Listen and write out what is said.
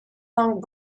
long